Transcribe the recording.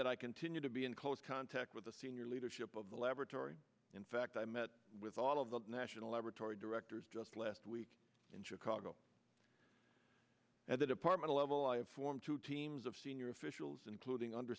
that i continue to be in close contact with the senior leadership of the laboratory in fact i met with all of the national laboratory directors just last week in chicago at the department level i informed two teams of senior officials including under